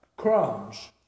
crumbs